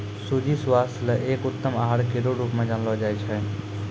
सूजी स्वास्थ्य ल एक उत्तम आहार केरो रूप म जानलो जाय छै